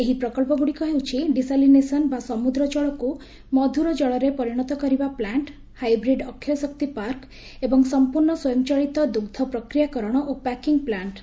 ଏହି ପ୍ରକଳ୍ପଗ୍ରଡିକ ହେଉଛି ଡିସାଲିନେସନ୍ ବା ସମୁଦ୍ର ଜଳକୁ ମଧୁର ଜଳରେ ପରିଣତ କରିବା ପ୍ଲାଷ୍ଟ୍ର ହାଇବ୍ରିଡ୍ ଅକ୍ଷୟ ଶକ୍ତି ପାର୍କ ଏବଂ ସମ୍ପୁର୍ଣ୍ଣ ସ୍ୱୟଂଚାଳିତ ଦୁଗ୍ଧ ପ୍ରକ୍ରିୟାକରଣ ଓ ପ୍ୟାକିଂ ପ୍ଲାଷ୍ଟ୍